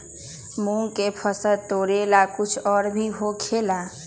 मूंग के फसल तोरेला कुछ और भी होखेला?